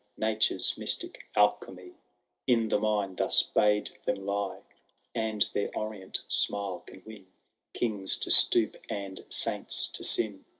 nature i mystic alchepiy in the mine thus bade them lie and their orient smile can win kings to stoop, and samts to sin.